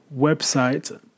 website